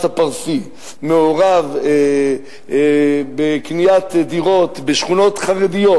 הפרסי מעורב בקניית דירות בשכונות חרדיות,